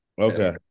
Okay